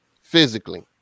physically